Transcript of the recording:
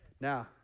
Now